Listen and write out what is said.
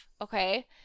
Okay